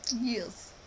yes